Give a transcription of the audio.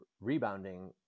rebounding